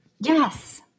Yes